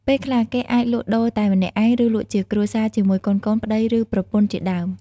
ពេលខ្លះ គេអាចលក់ដូរតែម្នាក់ឯង ឬលក់ជាគ្រួសារជាមួយកូនៗ ប្ដី ឬ ប្រពន្ធជាដើម។